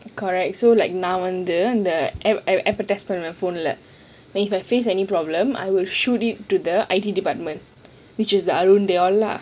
correct so like now நான் இப்ப test பண்ணுவான் போன் ல:naan ippa text pannuwan phone la if I face any problem I will shoot it to the I_T department which is the arun they all lah